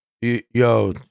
yo